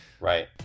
Right